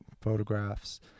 photographs